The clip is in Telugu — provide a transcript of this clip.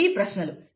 ఇవి ప్రశ్నలు